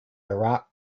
iraq